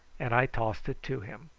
and i tossed it to him.